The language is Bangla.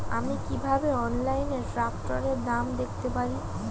আমি কিভাবে অনলাইনে ট্রাক্টরের দাম দেখতে পারি?